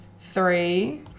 three